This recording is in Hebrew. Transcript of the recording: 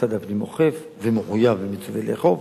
משרד הפנים אוכף ומחויב ומצוּוה לאכוף.